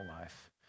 life